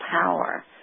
power